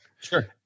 Sure